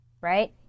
right